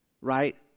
right